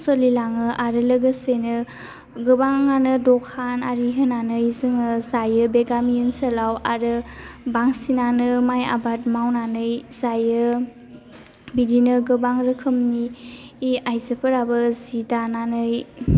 सोलिलाङो आरो लोगोसेनो गोबाङानो दखान आरि होनानै जोङो जायो बे गामि ओनसोलाव आरो बांसिनानो माइ आबाद मावनानै जायो बिदिनो गोबां रोखोमनि आयजोफोराबो जि दानानै